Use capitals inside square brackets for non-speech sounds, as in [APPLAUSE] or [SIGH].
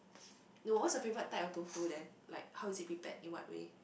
[NOISE] eh what's your favorite type of tofu then like how is it prepared in what way